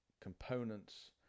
components